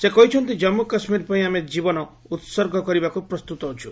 ସେ କହିଛନ୍ତି କାମ୍ମ କାଶ୍ମୀର ପାଇଁ ଆମେ ଜୀବନ ଉସର୍ଗ କରିବାକୁ ପ୍ରସ୍ତୁତ ଅଛୁ